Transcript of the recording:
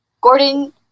Gordon